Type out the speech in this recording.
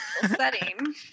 setting